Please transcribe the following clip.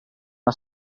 una